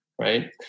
right